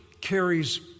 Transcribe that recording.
carries